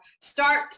start